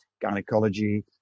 gynecology